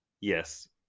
yes